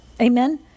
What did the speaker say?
Amen